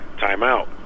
timeout